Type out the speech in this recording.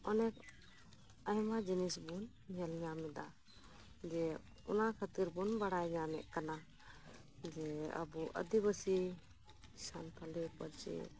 ᱚᱱᱮᱠ ᱟᱭᱢᱟ ᱡᱤᱱᱤᱥ ᱵᱚ ᱧᱮᱞ ᱧᱟᱢ ᱮᱫᱟ ᱡᱮ ᱚᱱᱟ ᱠᱷᱟᱹᱛᱤᱨ ᱵᱚᱱ ᱵᱟᱲᱟᱭ ᱧᱟᱢᱮᱫ ᱠᱟᱱᱟ ᱡᱮ ᱟᱵᱚ ᱟᱹᱫᱤᱵᱟᱹᱥᱤ ᱥᱟᱱᱛᱟᱞᱤ ᱯᱟᱹᱨᱥᱤ